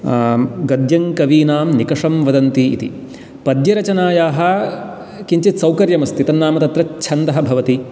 गद्यङ्कवीनां निकषं वदन्ति इति पद्यरचनायाः किञ्चित् सौकर्यम् अस्ति तन्नाम तत्र छन्दः भवति